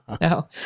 no